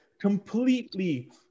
completely